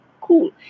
cool